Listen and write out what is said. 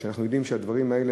מפני שאנחנו יודעים שהדברים האלה,